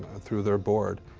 through their board.